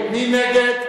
ההסתייגות